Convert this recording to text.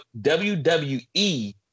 WWE